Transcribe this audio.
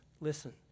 listen